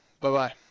Bye-bye